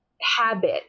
habit